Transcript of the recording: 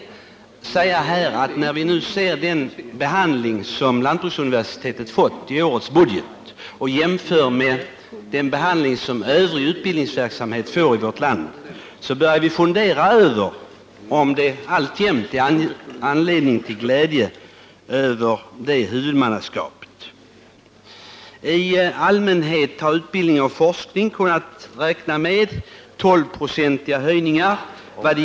När vi nu ser den behandling lantbruksuniversitetet fått i årets budget och jämför med den behandling övrig utbildningsverksamhet får, börjar vi fundera över om det alltjämt är anledning till glädje över det huvudmannaskapet. I allmänhet har utbildning och forskning kunnat räkna med 12-procentiga höjningar.